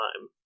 time